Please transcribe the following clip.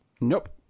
Nope